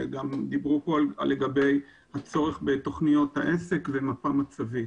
דיברו כאן על הצורך בתוכניות העסק ומפה מצבית.